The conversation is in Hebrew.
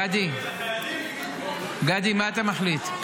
גדי, מה אתה מחליט?